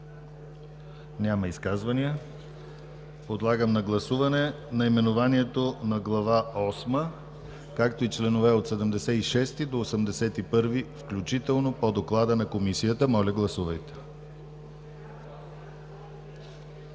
Няма. Подлагам на гласуване наименованието на Глава осма, както и членове от 76 до 81 включително по доклада на Комисията. Гласували